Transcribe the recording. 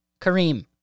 Kareem